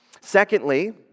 Secondly